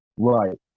Right